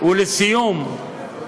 ולסיום,